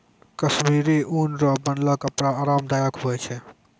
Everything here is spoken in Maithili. कश्मीरी ऊन रो बनलो कपड़ा आराम दायक हुवै छै